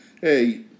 Hey